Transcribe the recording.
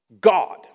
God